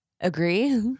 Agree